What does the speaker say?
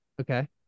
Okay